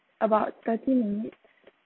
about thirty minutes